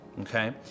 okay